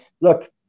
look